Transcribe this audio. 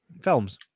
Films